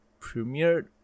premiered